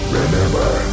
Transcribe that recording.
remember